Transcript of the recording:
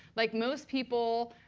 like most people,